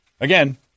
Again